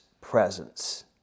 presence